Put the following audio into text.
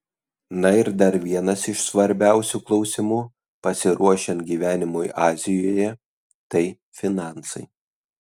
na ir dar vienas iš svarbiausių klausimų pasiruošiant gyvenimui azijoje tai finansai